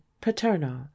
paternal